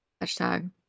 hashtag